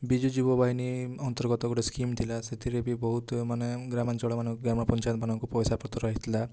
ବିଜୁ ଯୁବବାହିନୀ ଅର୍ନ୍ତଗତ ଗୋଟେ ସ୍କିମ୍ ଥିଲା ସେଥିରେ ବି ବହୁତ୍ ମାନେ ଗ୍ରାମାଞ୍ଚଳମାନଙ୍କ ଗ୍ରାମ ପଞ୍ଚାୟତମାନଙ୍କୁ ପଇସା ପତ୍ର ଆସିଥିଲା